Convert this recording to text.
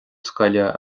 scoile